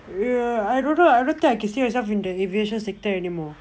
err I don't know I don't think I can see myself in the aviation sector anymore